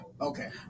Okay